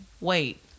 wait